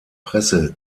presse